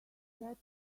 get